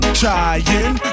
trying